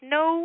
no